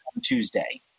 Tuesday